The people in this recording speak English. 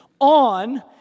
on